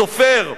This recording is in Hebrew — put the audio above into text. סופר.